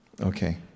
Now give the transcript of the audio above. Okay